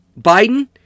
Biden